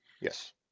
Yes